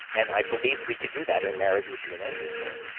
and i believed we could do that and marriage would be an engine for it